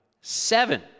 Seven